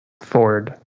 Ford